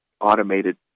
automated